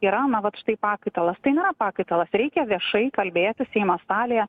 yra na vat štai pakaitalas tai nėra pakaitalas reikia viešai kalbėti seimo salėje